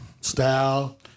style